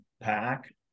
pack